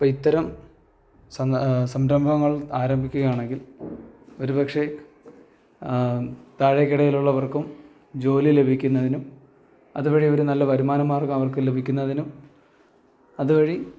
അപ്പം ഇത്തരം സം സംരംഭങ്ങൾ ആരംഭിക്കുകയാണെങ്കിൽ ഒരുപക്ഷെ താഴേക്കിടയിലുള്ളവർക്കും ജോലി ലഭിക്കുന്നതിനും അതുവഴി ഒരു നല്ല വരുമാന മാർഗം അവർക്ക് ലഭിക്കുന്നതിനും അതുവഴി